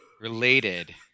related